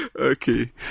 Okay